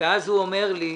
ואז הוא אומר לי: